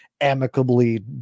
amicably